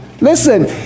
Listen